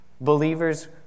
Believers